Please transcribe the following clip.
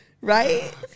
right